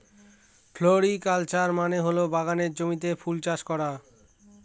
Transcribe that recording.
floriculture মানে হল বাগানের জমিতে ফুল চাষ করা